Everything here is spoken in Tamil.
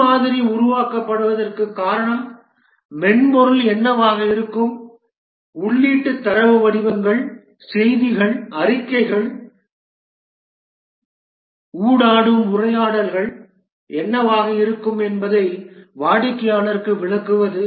முன்மாதிரி உருவாக்கப்படுவதற்கான காரணம் மென்பொருள் என்னவாக இருக்கும் உள்ளீட்டு தரவு வடிவங்கள் செய்திகள் அறிக்கைகள் ஊடாடும் உரையாடல்கள் என்னவாக இருக்கும் என்பதை வாடிக்கையாளருக்கு விளக்குவது